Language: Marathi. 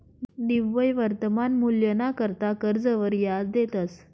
निव्वय वर्तमान मूल्यना करता कर्जवर याज देतंस